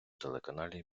телеканалі